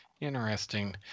Interesting